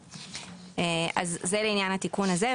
זה לעניין התיקון הזה,